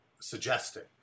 suggesting